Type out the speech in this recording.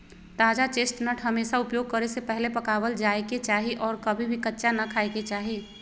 ताजा चेस्टनट हमेशा उपयोग करे से पहले पकावल जाये के चाहि और कभी भी कच्चा ना खाय के चाहि